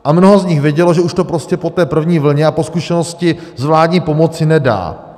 A mnoho z nich vědělo, že už to prostě po té první vlně a po zkušenosti s vládní pomocí nedají.